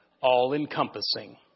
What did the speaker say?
all-encompassing